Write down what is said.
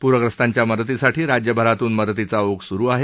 पुरग्रस्तांच्या मदतीसाठी राज्यभरातून मदतीचा ओघ सुरू आहे